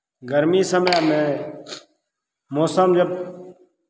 गरमी समयमे मौसम जब